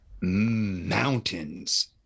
mountains